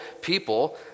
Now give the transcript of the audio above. people